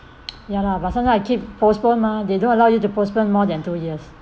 ya lah but sometime I keep postpone mah they don't allow you to postpone more than two years